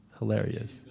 hilarious